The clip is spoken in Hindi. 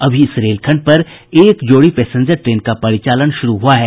अभी इस रेलखंड पर एक जोड़ी पैसेंजर ट्रेन का परिचालन शुरू हुआ है